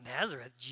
Nazareth